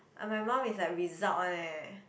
my mum is like result [one] eh